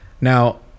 Now